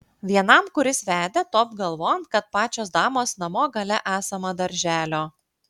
vienam kuris vedė topt galvon kad pačios damos namo gale esama darželio